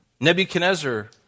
Nebuchadnezzar